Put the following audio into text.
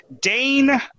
Dane